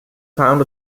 found